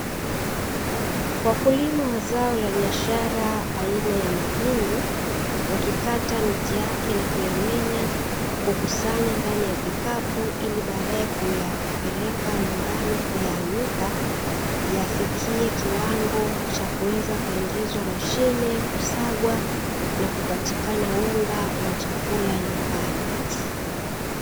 Wakulima wa zao la biashara aina ya mahindi, wakikata miti yake na kuyamenya, kukusanya ndani ya vikapu, ili baadae kuyapeleka nyumbani kuyaanika; yafikie kiwango cha kuweza kuingizwa mashine, kusagwa na kupatikana unga wa chakula nyumbani.